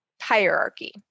hierarchy